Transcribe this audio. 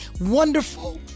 wonderful